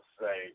say